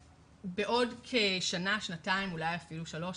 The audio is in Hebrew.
בעוד שנה-שנתיים, אולי אפילו שלוש,